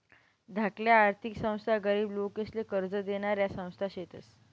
धाकल्या आर्थिक संस्था गरीब लोकेसले कर्ज देनाऱ्या संस्था शेतस